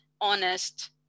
honest